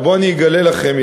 ובואו אני אגלה לכם,